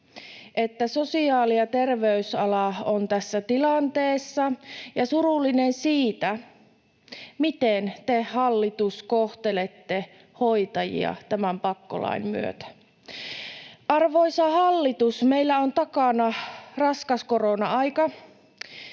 että sosiaali- ja terveysala on tässä tilanteessa, ja surullinen siitä, miten te, hallitus, kohtelette hoitajia tämän pakkolain myötä. Arvoisa hallitus, meillä on takana raskas korona-aika.